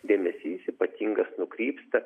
dėmesys ypatingas nukrypsta